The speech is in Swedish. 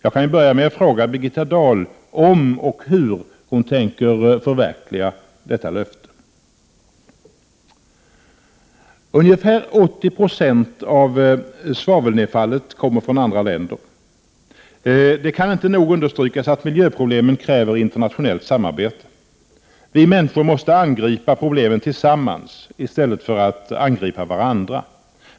Jag kan börja med att fråga Birgitta Dahl om och hur hon tänker förverkliga detta löfte. Ungefär 80 90 av svavelnedfallet kommer från andra länder. Det kan inte nog understrykas att miljöproblemen kräver internationellt samarbete. Vi människor måste angripa problemen tillsammans i stället för att angripa varandra.